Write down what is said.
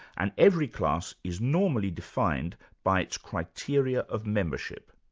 and every class is normally defined by its criteria of membership.